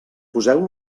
poseu